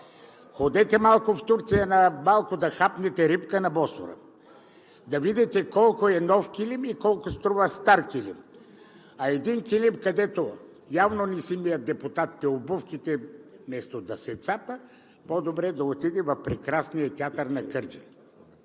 Ходете малко в Турция, малко да хапнете рибка на Босфора, да видите колко е нов килим и колко струва стар килим. А един килим, където явно депутатите не си мият обувките, вместо да се цапа, по-добре да отиде в прекрасния театър на Кърджали,